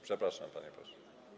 Przepraszam, panie pośle.